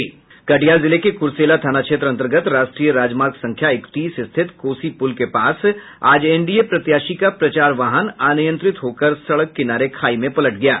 कटिहार जिले के करसेला थाना क्षेत्र अंतर्गत राष्ट्रीय राजमार्ग संख्या इकतीस स्थित कोसी पुल के पास आज एनडीए प्रत्याशी का प्रचार वाहन अनियंत्रित होकर सड़क किनारे खाई में पलट गयी